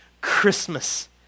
Christmas